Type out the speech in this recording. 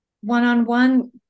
One-on-one